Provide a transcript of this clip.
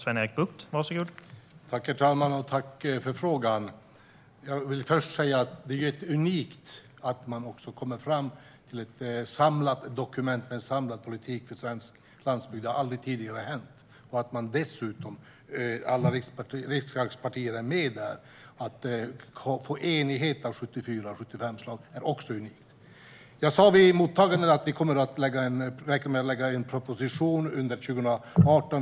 Herr talman! Tack för frågan! Jag vill först säga att det är unikt att man kommer fram till ett samlat dokument med en samlad politik för svensk landsbygd. Det har aldrig tidigare hänt. Att alla riksdagspartier är med och har nått enighet om 74 av 75 förslag är också unikt. Jag sa vid mottagandet att vi räknar med att lägga fram en proposition under 2018.